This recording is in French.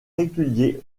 régulier